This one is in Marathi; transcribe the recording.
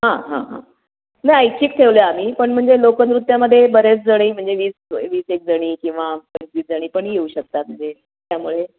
हां हां हां नाही ऐच्छिक ठेवलं आहे आम्ही पण म्हणजे लोकनृत्यामध्ये बऱ्याच जणी म्हणजे वीस वीस एक जणी किंवा पंचवीस जणी पण येऊ शकता म्हणजे त्यामुळे